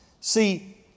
See